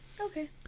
Okay